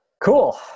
cool